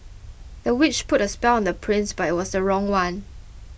the witch put a spell on the prince but it was the wrong one